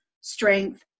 strength